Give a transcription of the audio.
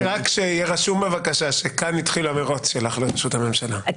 רק שיהיה רשום בבקשה שכאן התחיל המרוץ שלך לראשות הממשלה,